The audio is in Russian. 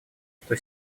что